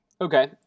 Okay